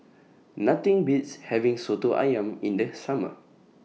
Nothing Beats having Soto Ayam in This Summer